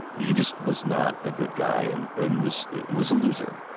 he just was not a good guy and and was was a loser.